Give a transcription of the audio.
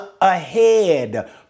ahead